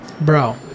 bro